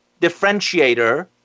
differentiator